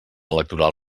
electoral